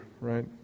Right